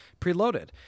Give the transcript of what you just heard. preloaded